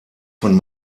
von